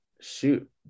shoot